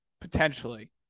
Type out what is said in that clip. potentially